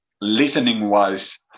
listening-wise